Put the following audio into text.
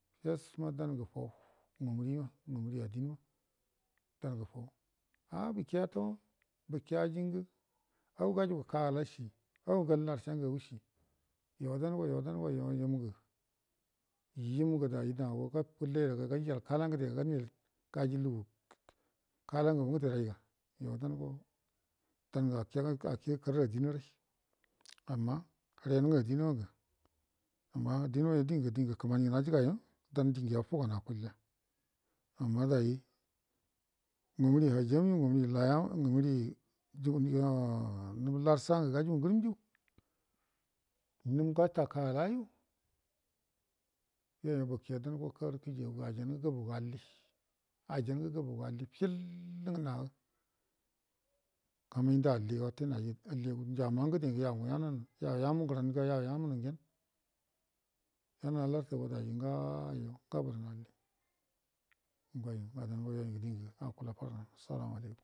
Fes ma dangə fau ngumurima mgumuri adinma dangə fan a'a buke atau buke ajingə an gajugu kalashi an gan larsha ngagushin yo dango yo yim ngə yimngə daji nago gafullayal ga gajiyal kula ngəde, ga gamiyal gaji lugu kala ngagu ngəde raiga yo dago-dango akega kare adinarai hiren nga adina ngə ma adina dingə-dingə kəmani najigaiya dan dingə yafugan akula amma daji ngumuri hajam yui ngumuri layama ngumuni juguni yo num lrsha ngə gajugu ngurum nju num gata kalayu yoyə bakema dango karu kəji ngə ajiyanga gabogu alli gabogu alli fill ngə nama kamaidə alliga wute migau ngəde ngə yau yananə yau yamu ngəranga yau ya munu ngenə yananə halartə go dayi ngayo gabodan alli ngoi ngə dango yoyu ngə dingə akula farran salamualaikum